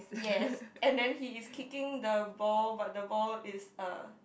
yes and then he is kicking the ball but the ball is er